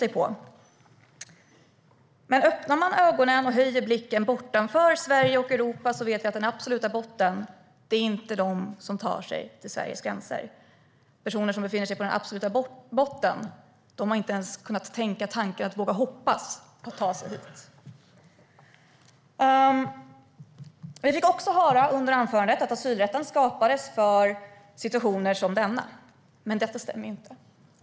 Men om man öppnar ögonen och höjer blicken bortom Sverige och Europa kan man se att det inte är de som är på den absoluta botten som tar sig till Sveriges gränser. Personer som befinner sig på den absoluta botten har inte ens kunnat tänka tanken eller vågat hoppas på att ta sig hit. I anförandet fick vi också höra att asylrätten skapades för situationer som denna. Men det stämmer inte.